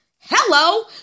Hello